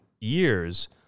years